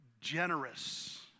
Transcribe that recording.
generous